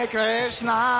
Krishna